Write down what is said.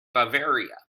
bavaria